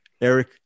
Eric